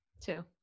Two